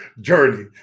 journey